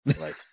right